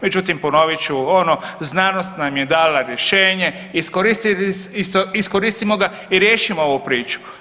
Međutim, ponovit ću ono znanost nam je dala rješenje, iskoristimo ga riješimo ovu priču.